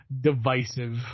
divisive